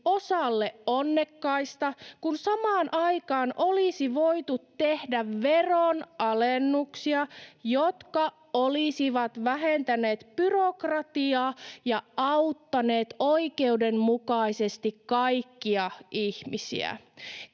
osalle onnekkaista, kun samaan aikaan olisi voitu tehdä veronalennuksia, jotka olisivat vähentäneet byrokratiaa ja auttaneet oikeudenmukaisesti kaikkia ihmisiä.